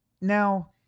Now